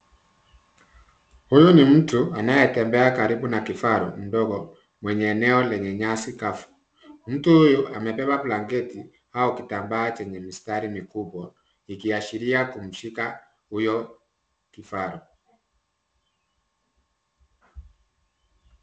Huyu ni mtu anayetembea karibu na kifaru mdogo mwenye eneo lenye nyasi kavu. Mtu huyu amebeba blanketi au kitambaa chenye mistari mikubwa, ikiashiria kumshika huyo kifaru.